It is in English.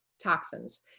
toxins